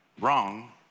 wrong